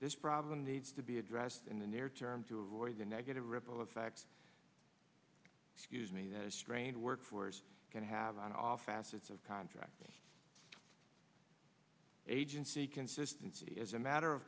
this problem needs to be addressed in the near term to avoid the negative ripple effect scuse me this trained workforce can have on off assets of contract agency consistency as a matter of